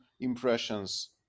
impressions